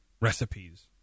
recipes